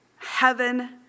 heaven